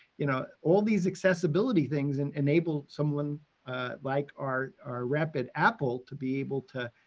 you know, all these accessibility things and enable someone like our our rep at apple to be able to,